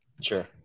Sure